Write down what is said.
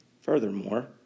Furthermore